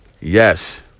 Yes